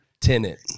Tenant